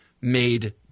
made